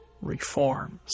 reforms